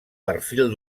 perfil